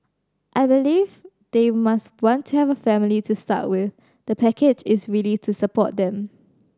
I believe they must want to have a family to start with the package is really to support them